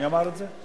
מי אמר את זה?